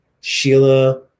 Sheila